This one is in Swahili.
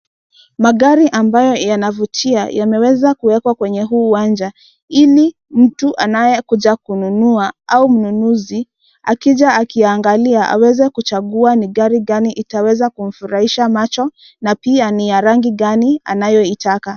Magari ambayo yanavutia yameweza kuwekwa kwenye uwanja ili mtu anayekuja kununua au mnunuzi akija akiangali aweze kuchagua ni gari gani itaweza kumfurahisha macho na pia ni ya rangi gani anayoitaka.